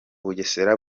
bugesera